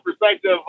perspective